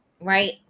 Right